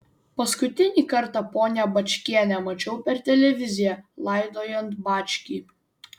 paskutinį kartą ponią bačkienę mačiau per televiziją laidojant bačkį